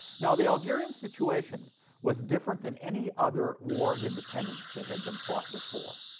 now, the algerian situation was different than any other war of independence that had been fought before,